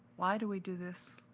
why do we do this?